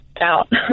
out